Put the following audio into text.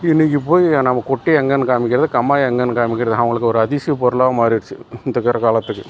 இன்னிக்கு போய் நம்ம குட்டையை எங்கேன்னு காமிக்கிறது கம்மாயை எங்கேன்னு காமிக்கிறது அவங்களுக்கு ஒரு அதிசய பொருளாகவும் மாறிடுச்சி இப்போ இருக்குற காலத்துக்கு